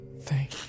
Thank